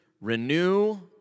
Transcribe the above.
renew